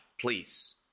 please